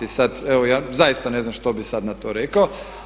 I sad evo ja zaista ne znam što bih sad na to rekao.